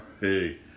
Hey